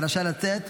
אתה רשאי לצאת.